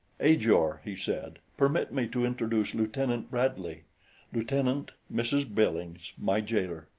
ajor, he said, permit me to introduce lieutenant bradley lieutenant, mrs. billings my jailer!